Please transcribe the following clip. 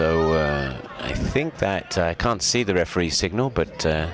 so i think that can't see the referee signal but